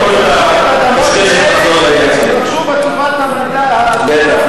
אני אמרתי שהם רכשו את האדמות האלה בתקופת השלטון העות'מאני.